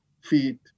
feet